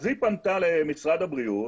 אז היא פנתה למשרד הבריאות,